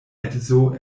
edzo